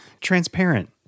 transparent